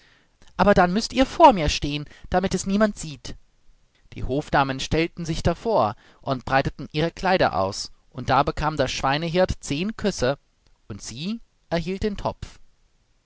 aber dann müßt ihr vor mir stehen damit es niemand sieht die hofdamen stellten sich davor und breiteten ihre kleider aus und da bekam der schweinehirt zehn küsse und sie erhielt den topf